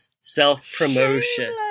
Self-Promotion